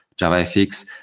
JavaFX